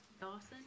Dawson